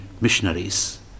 missionaries